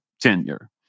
tenure